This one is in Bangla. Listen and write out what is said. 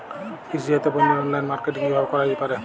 কৃষিজাত পণ্যের অনলাইন মার্কেটিং কিভাবে করা যেতে পারে?